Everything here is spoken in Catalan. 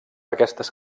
aquestes